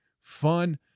fun